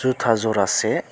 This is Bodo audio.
जुथा जरासे